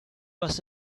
was